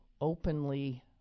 openly